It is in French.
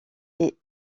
est